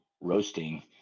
roasting